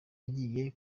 agiye